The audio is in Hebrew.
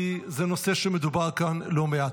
כי זה נושא שמדובר כאן לא מעט.